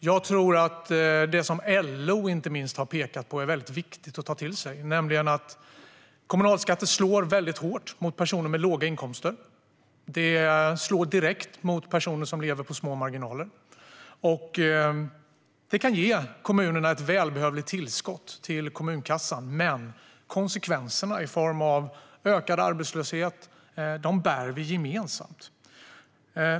Jag tror att det som inte minst LO har pekat på är väldigt viktigt att ta till sig, nämligen att kommunalskatter slår väldigt hårt mot personer med låga inkomster. De slår direkt mot personer som lever med små marginaler. De kan ge kommunerna ett välbehövligt tillskott till kommunkassan, men konsekvenserna i form av ökad arbetslöshet bär vi gemensamt.